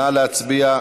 נא להצביע.